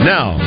Now